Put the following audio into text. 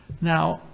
Now